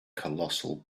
colossal